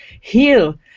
heal